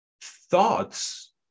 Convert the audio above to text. thoughts